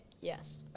yes